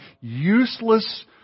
useless